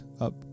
up